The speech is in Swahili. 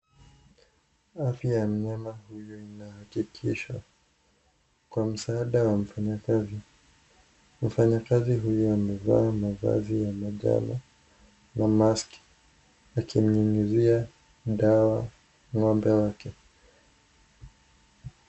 Afya ya mnyama huyu inaakikishwa, kwa msaada wa mfanyikazi, mfanyikazi huyu amevaa mavazi ya manjano, na maski, akimnyunyizia, dawa, ngombe wake.